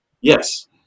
Yes